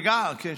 וגם כן,